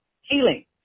healing